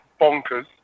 bonkers